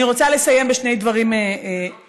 אני רוצה לסיים בשני דברים שלי,